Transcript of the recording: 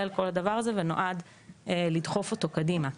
על כל הדבר הזה ונועד לדחוף אותו קדימה.